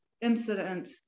incident